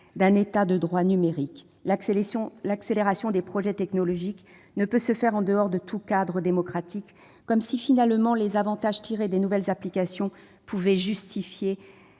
d'un État de droit numérique. L'accélération des progrès technologiques ne peut se faire en dehors de tout cadre démocratique, comme si, finalement, les avantages tirés des nouvelles applications pouvaient justifier